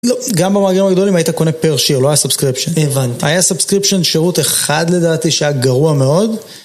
גם במאגרים הגדולים היית קונה per share, לא היה subscription. הבנתי. היה subscription שירות אחד לדעתי שהיה גרוע מאוד.